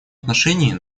отношении